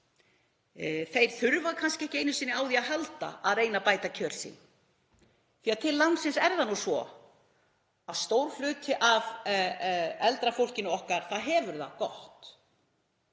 Þeir þurfa kannski ekki einu sinni á því að halda að reyna að bæta kjör sín því að til landsins er það nú svo að stór hluti af eldra fólkinu okkar hefur það gott.